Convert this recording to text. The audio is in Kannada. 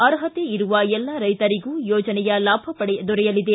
ಅರ್ಹತೆ ಇರುವ ಎಲ್ಲಾ ರೈತರಿಗೂ ಯೋಜನೆಯ ಲಾಭ ದೊರೆಯಲಿದೆ